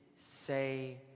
say